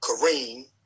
Kareem